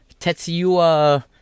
Tetsuya